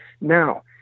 Now